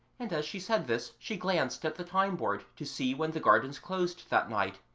and as she said this she glanced at the time-board to see when the gardens closed that night.